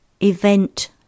EVENT